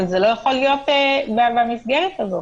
אבל זה לא יכול להיות במסגרת הזו.